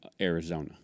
Arizona